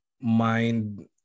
mind